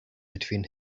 between